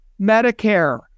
Medicare